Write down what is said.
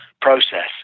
process